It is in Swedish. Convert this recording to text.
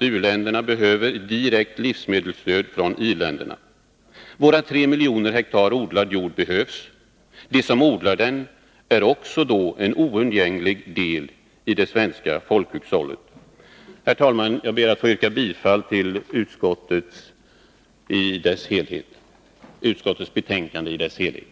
u-länderna direkt livsmedelsstöd från i-länderna. Våra tre miljoner hektar odlad jord behövs. De som odlar den är då också en oundgänglig del i det svenska folkhushållet. Herr talman! Jag ber att få yrka bifall till utskottets hemställan i dess helhet.